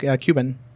Cuban